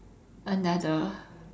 another